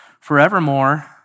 forevermore